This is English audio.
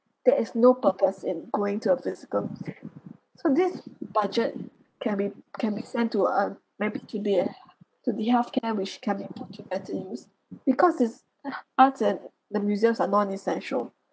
there is no purpose in going to a physical museum so this budget can be can be sent to um maybe to the he~ to the healthcare which can be put to better use because this arts and the museums are non essential